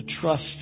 trust